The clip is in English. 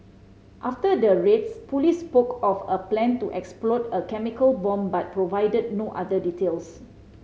after the raids police spoke of a plan to explode a chemical bomb but provided no other details